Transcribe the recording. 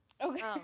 Okay